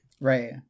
right